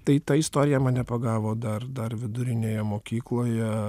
tai ta istorija mane pagavo dar dar vidurinėje mokykloje